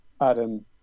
Adam